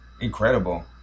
incredible